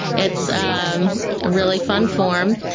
it's a really fun form,